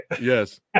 Yes